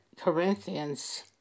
Corinthians